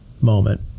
moment